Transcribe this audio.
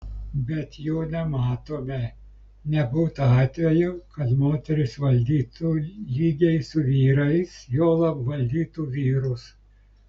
bet jų nematome nebūta atvejų kad moterys valdytų lygiai su vyrais juolab valdytų vyrus